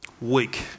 weak